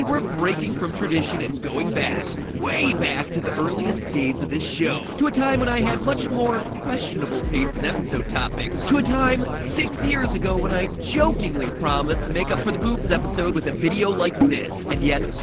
breaking from tradition and going back, way back to the earliest days of this show, to a time when i had much more questionable taste in episode topics. to a time six years ago, when i jokingly promised to make up for the boobs episode with a video like this. and yet.